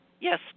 Yes